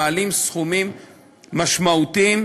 שמעלים סכומים משמעותיים,